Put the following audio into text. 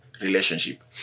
relationship